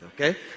okay